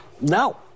No